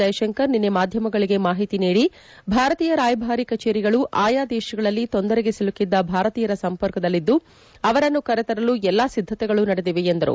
ಜೈಶಂಕರ್ ನಿನ್ನೆ ಮಾದ್ಯಮಗಳಿಗೆ ಮಾಹಿತಿ ನೀದಿ ಭಾರತೀಯ ರಾಯಭಾರ ಕಚೇರಿಗಳು ಆಯಾ ದೇಶಗಳಲ್ಲಿ ತೊಂದರೆಗೆ ಸಿಲುಕಿದ್ದ ಭಾರತೀಯರ ಸಂಪರ್ಕದಲ್ಲಿದ್ದು ಅವರನ್ನು ಕರೆ ತರಲು ಎಲ್ಲ ಸಿದ್ದತೆಗಳು ನಡೆದಿವೆ ಎಂದರು